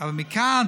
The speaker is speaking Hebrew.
אבל מכאן